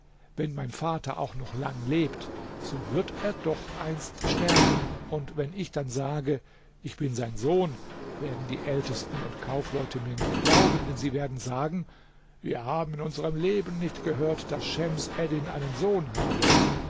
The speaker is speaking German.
wenn mein vater auch noch lang lebt so wird er doch einst sterben und wenn ich dann sage ich bin sein sohn werden die ältesten und kaufleute mir nicht glauben denn sie werden sagen wir haben in unserem leben nicht gehört daß schems eddin einen sohn habe